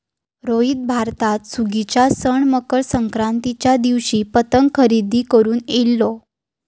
रोहित भारतात सुगीच्या सण मकर संक्रांतीच्या दिवशी पतंग खरेदी करून इलो